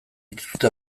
dituzte